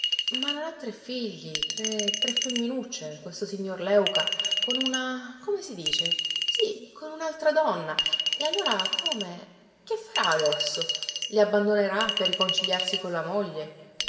ma non ha tre figli tre tre femminucce questo signor léuca con una come si dice sì con un'altra donna e allora come che farà adesso le abbandonerà per riconciliarsi con la moglie